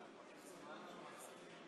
בעזה.